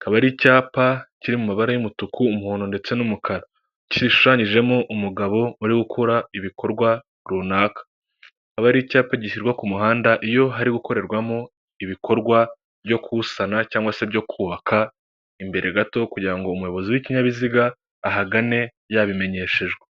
kaba ari icyapa kiri mu mabara y'umutuku, umuhondo ndetse n'umukara gishushanyijemo umugabo uri gukora ibikorwa runaka haba ari icyapa gishyirwa ku muhanda iyo hari gukorerwamo ibikorwa byo kuwusana cyangwa se byo kubaka imbere gato kugira ngo umuyobozi w'ikinyabiziga ahagane yabimenyeshejwe.